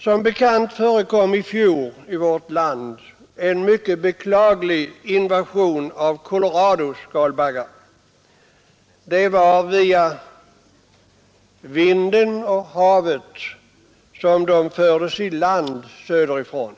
Som bekant förekom i fjol en mycket beklaglig invasion av koloradoskalbaggar i vårt land. Det var via vinden och havet som de fördes i land söderifrån.